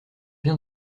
bien